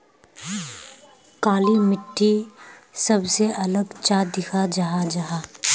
काली मिट्टी सबसे अलग चाँ दिखा जाहा जाहा?